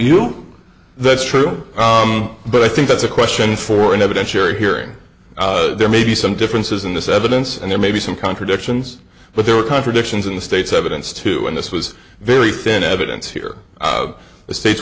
you that's true but i think that's a question for an evidentiary hearing there may be some differences in this evidence and there may be some contradictions but there were contradictions in the state's evidence too and this was very thin evidence here the state